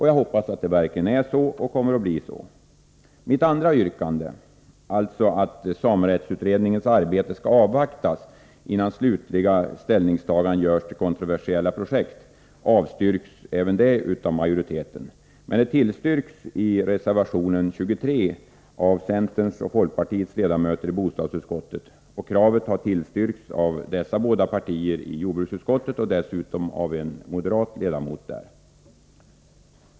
Jag hoppas att det verkligen är så och kommer att bli så. Mitt andra yrkande, dvs. att samerättsutredningens arbete skall avvaktas innan slutliga ställningstaganden görs till kontroversiella projekt, avstyrks även det av majoriteten men tillstyrks i reservation 23 av centerns och folkpartiets ledamöter i bostadsutskottet. Kravet har tillstyrkts av dessa båda partier i jordbruksutskottet och dessutom av en moderat ledamot där.